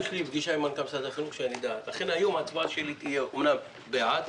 אמנם ההצבעה שלי היום תהיה בעד,